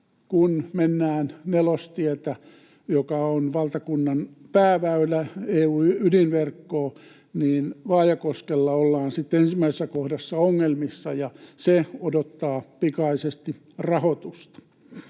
kun mennään Nelostietä, joka on valtakunnan pääväylä, EU-ydinverkkoa. Vaajakoskella ollaan sitten ensimmäisessä kohdassa ongelmissa, ja se odottaa pikaisesti rahoitusta.